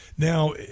Now